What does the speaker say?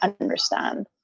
understand